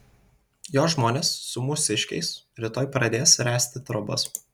jo žmonės su mūsiškiais rytoj pradės ręsti trobas